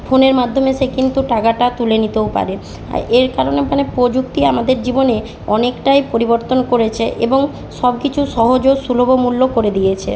ফোনের মাধ্যমে সে কিন্তু টাকাটা তুলে নিতেও পারে এর কারণে মানে প্রযুক্তি আমাদের জীবনে অনেকটাই পরিবর্তন করেছে এবং সব কিছু সহজ ও সুলভ মূল্য করে দিয়েছে